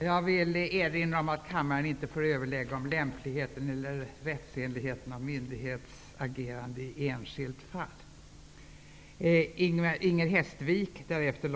Jag vill erinra om att kammaren inte får överlägga om lämpligheten eller rättsenligheten av myndighetsagerande i enskilt fall.